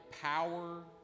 power